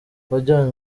wajyanywe